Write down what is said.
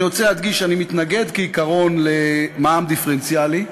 אני רוצה להדגיש שאני מתנגד כעיקרון למע"מ דיפרנציאלי,